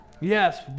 Yes